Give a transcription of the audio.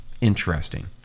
interesting